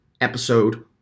episode